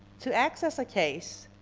to access a case,